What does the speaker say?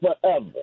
forever